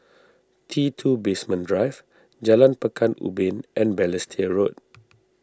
T two Basement Drive Jalan Pekan Ubin and Balestier Road